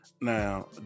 Now